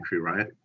right